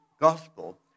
Gospel